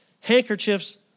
handkerchiefs